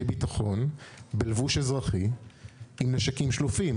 ביטחון בלבוש אזרחי עם נשקים שלופים.